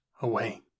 away